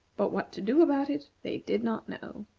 but what to do about it, they did not know.